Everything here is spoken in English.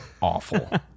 awful